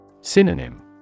Synonym